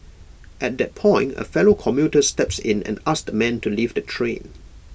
at that point A fellow commuter steps in and asks the man to leave the train